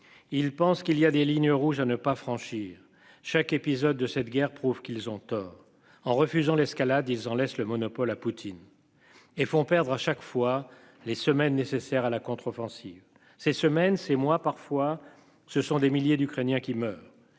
Il pense qu'il y a des lignes rouges à ne pas franchir chaque épisode de cette guerre prouve qu'ils ont tort, en refusant l'escalade ils en laissent le monopole à Poutine et font perdre à chaque fois les semaines nécessaires à la contre-offensive ces semaines c'est moi. Parfois ce sont des milliers d'Ukrainiens qui meurent